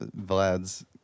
Vlad's